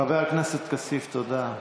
חבר הכנסת כסיף, תודה.